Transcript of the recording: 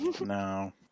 No